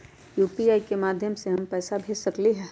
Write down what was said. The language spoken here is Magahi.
यू.पी.आई के माध्यम से हम पैसा भेज सकलियै ह?